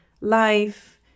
life